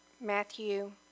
Matthew